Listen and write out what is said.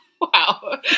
Wow